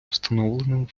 встановленим